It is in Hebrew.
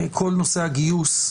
כל נושא הגיוס,